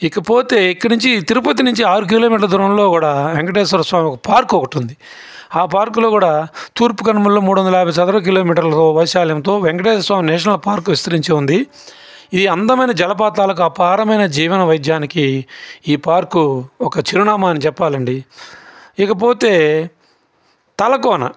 ఇకపోతే ఇక్కడ నుంచి తిరుపతి నుంచి ఆరు కిలోమీటర్ల దూరంలో కూడా వెంకటేశ్వర స్వామి పార్కు ఒక ఉంటుంది ఆ పార్కులో కూడా తూర్పు కనుమలలో మూడు వందల యాభై చదరపు కిలో మీటర్లు వైశాల్యముతో వెంకటేశ్వర స్వామి నేసనల్ పార్కు విస్తరించి ఉంది ఈ అందమైన జలపాతాలకు అపారమైన జీవాన వైవిద్యానికి ఈ పార్కు ఒక చిరునామ అని చెప్పాలండి ఇకపోతే తలకోన